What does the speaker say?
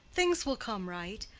things will come right.